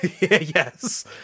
Yes